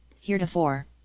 heretofore